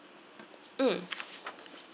mm